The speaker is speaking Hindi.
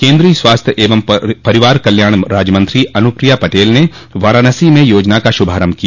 केन्द्रीय स्वास्थ्य एवं परिवार कल्याण राज्य मंत्री अन्पिया पटेल ने वाराणसी में योजना का श्रभारम्भ किया